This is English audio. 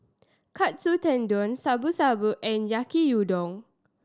Katsu Tendon Shabu Shabu and Yaki Udon